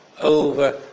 over